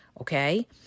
okay